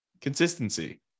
Consistency